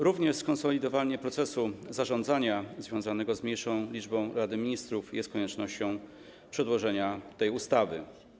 Również skonsolidowanie procesu zarządzania związanego z mniejszą liczbą członków Rady Ministrów jest koniecznością przedłożenia tej ustawy.